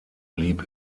blieb